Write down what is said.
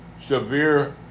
severe